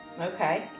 Okay